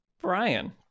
Brian